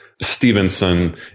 Stevenson